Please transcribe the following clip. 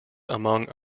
among